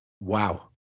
Wow